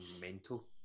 mental